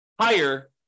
higher